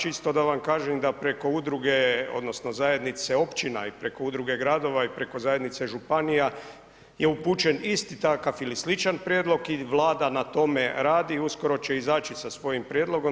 Čisto da vam kažem da preko udruge odnosno Zajednice općina i preko Udruge gradova i preko Zajednice županija je upućen isti takav ili sličan prijedlog i Vlada na tome radi i uskoro će izaći sa svojim prijedlogom.